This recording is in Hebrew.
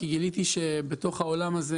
כי גיליתי שיש הרבה מאוד קשיים בעולם הזה,